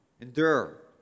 Endure